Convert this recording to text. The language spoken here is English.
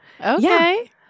Okay